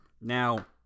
now